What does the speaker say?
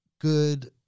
good